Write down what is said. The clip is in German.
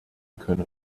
können